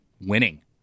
winning